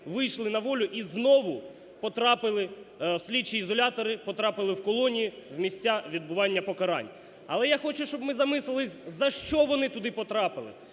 в слідчі ізолятори, потрапили в колонії, в місця відбування покарань. Але я хочу, щоб ми замислилися за що вони туди потрапили?